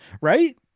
Right